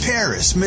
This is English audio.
Paris